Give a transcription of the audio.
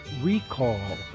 recall